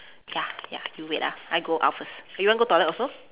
ya ya you wait ah I go out first you want go toilet also